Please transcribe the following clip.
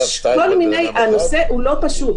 הנושא לא פשוט.